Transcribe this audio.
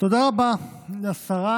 תודה רבה לשרה.